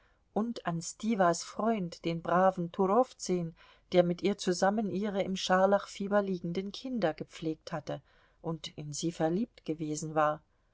und an stiwas freund den braven turowzün der mit ihr zusammen ihre im scharlachfieber liegenden kinder gepflegt hatte und in sie verliebt gewesen war